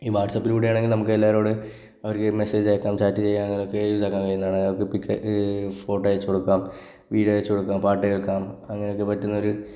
ഈ വാട്ട്സാപ്പിലൂടെ ആണെങ്കിൽ നമുക്കെല്ലാവരോടും അവര്ക്ക് മെസ്സേജ് അയക്കാം ചാറ്റ് ചെയ്യാം അതൊക്കെ ഉള്ള എന്താണ് പിക്കൊക്കെ ഫോട്ടോ അയച്ചു കൊടുക്കാം വീഡിയോ അയച്ചു കൊടുക്കാം പാട്ടു കേൾക്കാം അങ്ങനെയൊക്കെ പറ്റുന്നൊരു